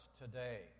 today